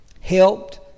helped